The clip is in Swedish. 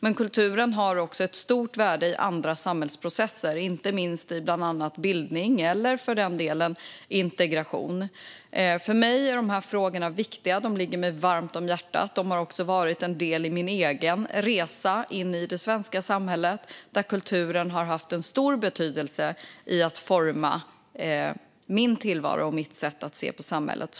Men kulturen har också ett stort värde i andra samhällsprocesser. Det gäller inte minst bildning eller, för den delen, integration. För mig är de här frågorna viktiga. De ligger mig varmt om hjärtat, och de har även varit en del i min egen resa in i det svenska samhället. Kulturen har haft en stor betydelse i att forma min tillvaro och mitt sätt att se på samhället.